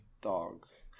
dogs